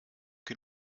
que